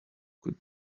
could